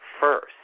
first